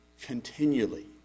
Continually